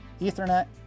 Ethernet